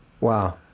wow